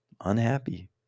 unhappy